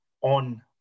on